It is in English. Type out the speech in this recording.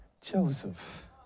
Joseph